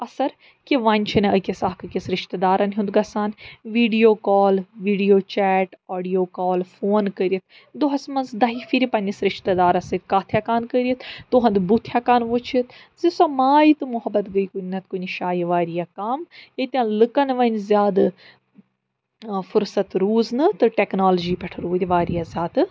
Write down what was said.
اَثر کہِ وۄنۍ چھِنہٕ أکِس اکھ أکِس رِشتہٕ دارن ہُنٛد گژھان video call video chat audio call phone کٔرِتھ دۄہس منٛز دَہہِ پھِرِ پننِس رِشتہٕ دارس سۭتۍ کَتھ ہیٚکان کٔرِتھ تہنٛد بُتھ ہیٚکان وُچھِتھ زِ سۄ ماے تہٕ محبت گٔے کُنہِ نَتہٕ کُنہِ شایہِ واریاہ کم ییٚتیٚن لوٗکن وۄنۍ زیادٕ ٲں فٕرصت روٗز نہٕ تہٕ ٹیٚکنالوجی پٮ۪ٹھ روٗدۍ واریاہ زیادٕ